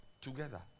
together